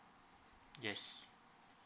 yes